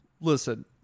Listen